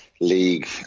league